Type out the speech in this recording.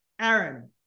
Aaron